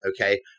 okay